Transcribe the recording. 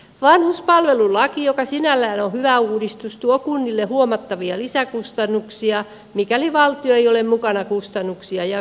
vanhuspalvelulaki joka sinällään on hyvä uudistus tuo kunnille huomattavia lisäkustannuksia mikäli valtio ei ole mukana kustannuksia jakamassa